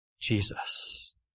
Jesus